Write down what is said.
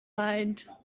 lined